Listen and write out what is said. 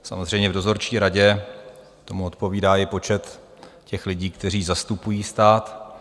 Samozřejmě, v dozorčí radě tomu odpovídá i počet lidí, kteří zastupují stát.